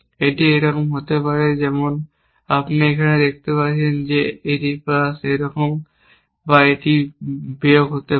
এটি এইরকম হতে পারে যেমন আপনি এখানে দেখতে পাচ্ছেন যে এটি প্লাস এটি এইরকম বা এটি প্লাস বিয়োগ হতে পারে